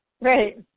right